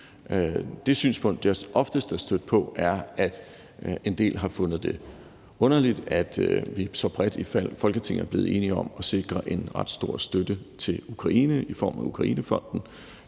Det synspunkt, jeg oftest er stødt på, er, at en del har fundet det underligt, at vi så bredt i Folketinget er blevet enige om at sikre en ret stor støtte til Ukraine i form af Ukrainefonden